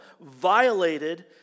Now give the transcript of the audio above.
violated